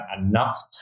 enough